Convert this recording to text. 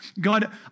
God